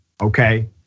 okay